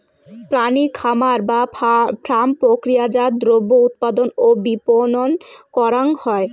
প্রাণী খামার বা ফার্ম প্রক্রিয়াজাত দ্রব্য উৎপাদন ও বিপণন করাং হই